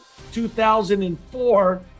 2004